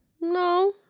No